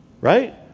Right